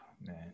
man